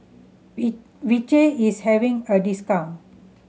V Vichy is having a discount